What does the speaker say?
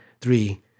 three